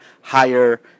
higher